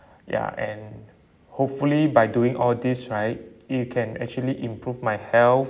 ya and hopefully by doing all this right it can actually improve my health